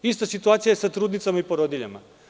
Ista je situacija i sa trudnicama i sa porodiljama.